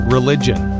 Religion